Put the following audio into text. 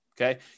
okay